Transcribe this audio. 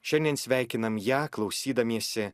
šiandien sveikinam ją klausydamiesi